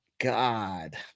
God